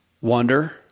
Wonder